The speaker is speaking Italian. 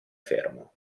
fermo